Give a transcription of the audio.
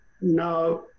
Now